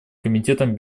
комитетом